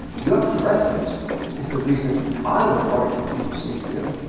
your present is the reason i don't want to continue seeing you.